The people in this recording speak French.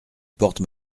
porte